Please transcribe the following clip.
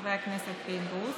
חבר הכנסת פינדרוס,